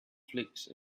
flakes